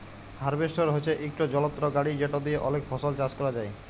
harvester হছে ইকট যলত্র গাড়ি যেট দিঁয়ে অলেক ফসল চাষ ক্যরা যায়